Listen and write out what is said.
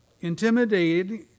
intimidated